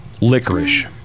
Licorice